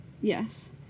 Yes